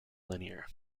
linear